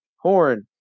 horn